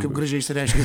kaip gražiai išsireiškė